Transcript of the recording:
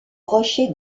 rochers